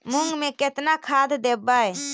मुंग में केतना खाद देवे?